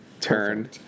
Turn